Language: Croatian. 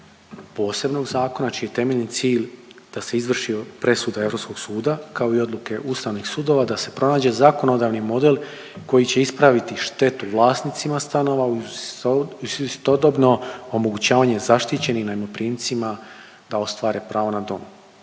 posebnog zakona čiji je temeljni cilj da se izvrši presuda Europskog suda, kao i odluke Ustavnih sudova, da se pronađe zakonodavni model koji će ispraviti štetu vlasnicima stanova uz istodobno omogućavanje zaštićenim najmoprimcima da ostvare pravo na dom.